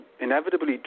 inevitably